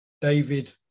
David